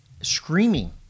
screaming